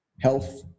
Health